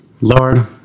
Lord